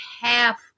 half